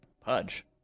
Pudge